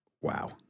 wow